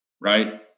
right